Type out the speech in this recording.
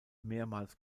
mehrmals